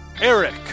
Eric